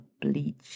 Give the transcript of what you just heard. bleach